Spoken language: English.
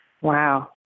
Wow